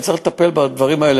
וצריך לטפל בדברים האלה,